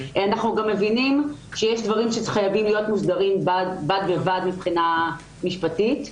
אנחנו מבינים שיש דברים שחייבים להיות מוסדרים בד בבד מבחינה משפטית.